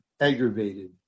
aggravated